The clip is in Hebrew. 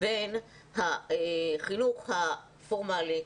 בין החינוך הפורמלי,